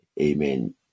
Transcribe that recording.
Amen